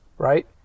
Right